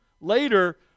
later